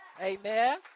Amen